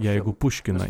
jeigu puškino